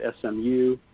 SMU